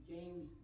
James